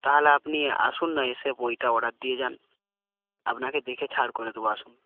তাহলে আপনি আসুন না এসে বইটা অর্ডার দিয়ে যান আপনাকে দেখে ছাড় করে দেবো আসুন